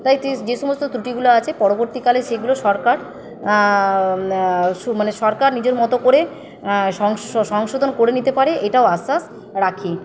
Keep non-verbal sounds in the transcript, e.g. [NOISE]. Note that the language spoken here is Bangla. তাই [UNINTELLIGIBLE] যে সমস্ত ত্রুটিগুলো আছে পরবর্তীকালে সেগুলো সরকার [UNINTELLIGIBLE] মানে সরকার নিজের মত করে সংশোধন করে নিতে পারে এটাও আশ্বাস রাখি